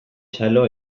xalo